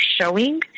showing